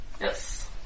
Yes